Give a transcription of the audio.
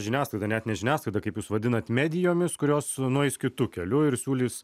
žiniasklaida net ne žiniasklaida kaip jūs vadinat medijomis kurios nueis kitu keliu ir siūlys